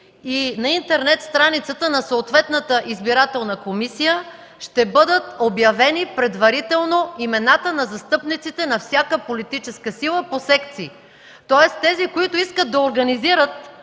и на интернет страницата на съответната избирателна комисия ще бъдат обявени предварително имената на застъпниците на всяка политическа сила по секции. Тоест тези, които искат да организират